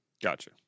Gotcha